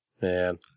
Man